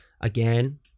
again